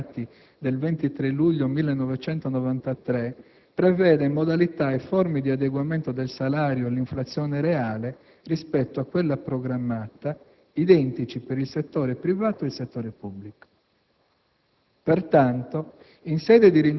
Infatti, l'accordo Governo-sindacati del 23 luglio 1993 prevede modalità e forme di adeguamento del salario all'inflazione reale rispetto a quella programmata identici per il settore privato ed il settore pubblico.